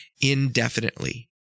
indefinitely